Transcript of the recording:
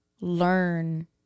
learn